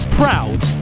proud